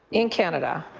in canada,